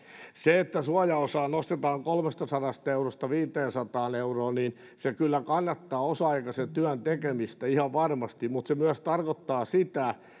se että suojaosaa nostetaan kolmestasadasta eurosta viiteensataan euroon kyllä kannattaa osa aikaisen työn tekemisessä ihan varmasti mutta se myös tarkoittaa sitä